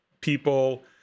people